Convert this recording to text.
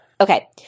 okay